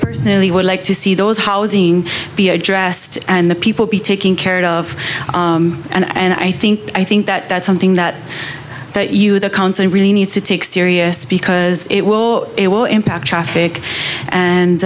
personally would like to see those housing be addressed and the people be taking care of and i think i think that that's something that that you the counseling really needs to take serious because it will it will impact traffic and